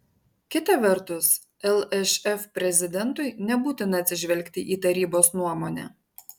kita vertus lšf prezidentui nebūtina atsižvelgti į tarybos nuomonę